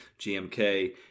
gmk